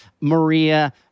Maria